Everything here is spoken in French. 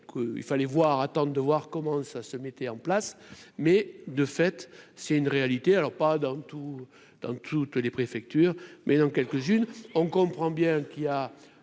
il fallait voir attendent de voir comment ça se mettait en place, mais de fait, c'est une réalité alors pas dans tout, dans toutes les préfectures mais dans quelques-unes, on comprend bien qu'il y a